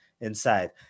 inside